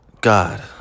God